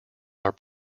are